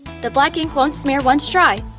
the black ink won't smear once dry,